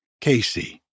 Casey